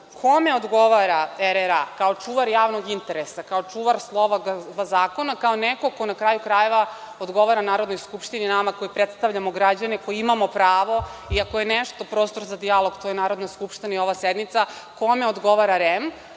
reči. Kome odgovara RRA kao čuvar javnog interesa, kao čuvar slova zakona, kao neko ko na kraju krajeva odgovara Narodnoj skupštini, nama koji predstavljamo građane koji imamo pravo i ako je nešto prostor za dijalog to je Narodna skupština i ova sednica. Kome odgovara REM